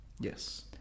Yes